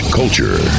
culture